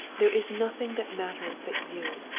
there is nothing that matters but you.